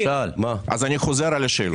אז אני חוזר על השאלות,